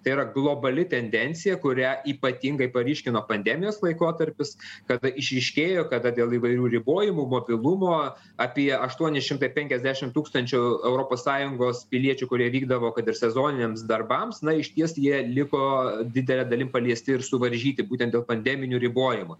tai yra globali tendencija kurią ypatingai paryškino pandemijos laikotarpis kada išryškėjo kada dėl įvairių ribojimų mobilumo apie aštuoni šimtai penkiasdešim tūkstančių europos sąjungos piliečių kurie vykdavo kad ir sezoniniams darbams na išties jie liko didele dalim paliesti ir suvaržyti būtent dėl pandeminių ribojimų